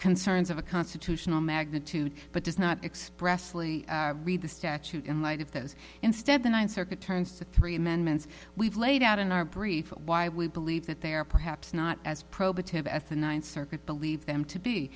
concerns of a constitutional magnitude but does not expressly read the statute in light of those instead the ninth circuit turns to three amendments we've laid out in our brief why we believe that they are perhaps not as provocative at the ninth circuit believe them to be